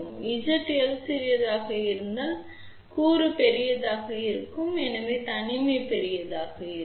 Zl சிறியதாக இருந்தால் அதாவது இந்த கூறு பெரியதாக இருக்கும் எனவே தனிமை பெரியதாக இருக்கும்